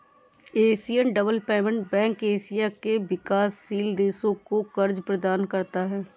Asian development bank Asia के विकासशील देशों को कर्ज प्रदान करता है